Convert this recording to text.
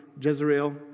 Jezreel